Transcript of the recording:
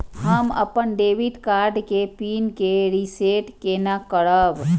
हम अपन debit card के पिन के रीसेट केना करब?